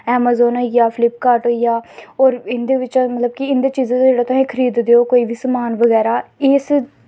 Amazon होई गेआ Flipkart होई गेआ होर इं'दे बिच्चा मतलब कि इं'दे चीजें दा जेह्ड़ा तुस खरीददे ओ कोई बी समान बगैरा इस